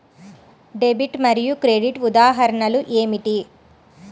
Debit మరియు credit ఉదాహరణలు ఏమిటీ?